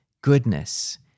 goodness